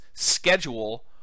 schedule